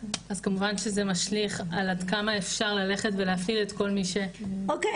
אז כמובן שזה משליך על עד כמה אפשר להפעיל את כל מי ש --- אוקיי,